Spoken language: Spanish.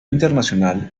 internacional